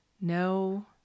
no